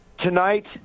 Tonight